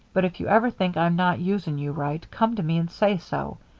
but if you ever think i'm not using you right, come to me and say so.